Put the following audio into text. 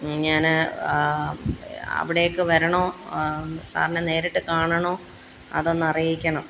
ഞാൻ അവിടേക്ക് വരണമോ സാറിനെ നേരിട്ട് കാണണോ അതൊന്ന് അറിയിക്കണം